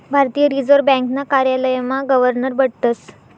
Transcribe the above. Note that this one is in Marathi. भारतीय रिजर्व ब्यांकना कार्यालयमा गवर्नर बठतस